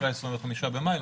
אחרי ה-25 במאי,